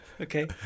Okay